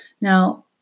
Now